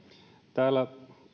täällä